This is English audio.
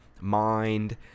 mind